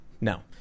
no